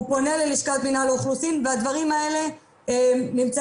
הוא פונה ללשכת מינהל האוכלוסין והדברים האלה נמצאים